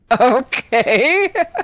Okay